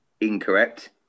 Incorrect